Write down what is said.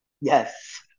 Yes